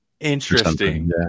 Interesting